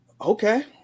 okay